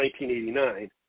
1989